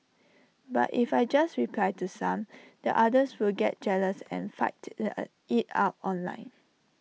but if I just reply to some the others will get jealous and fight in A IT out online